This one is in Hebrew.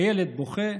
הילד בוכה,